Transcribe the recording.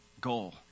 goal